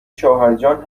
شوهرجان